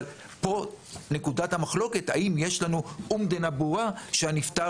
אבל פה נקודת המחלוקת האם יש לנו אומדנה ברורה שהנפטר